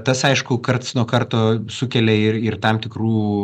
tas aišku karts nuo karto sukelia ir ir tam tikrų